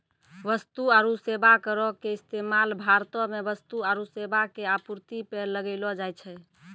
वस्तु आरु सेबा करो के इस्तेमाल भारतो मे वस्तु आरु सेबा के आपूर्ति पे लगैलो जाय छै